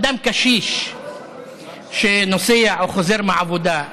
אדם קשיש שנוסע או חוזר מהעבודה.